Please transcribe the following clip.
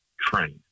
train